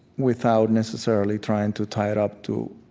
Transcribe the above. without necessarily trying to tie it up to,